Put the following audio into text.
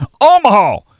Omaha